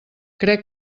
crec